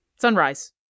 Sunrise